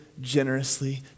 generously